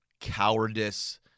cowardice